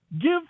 Give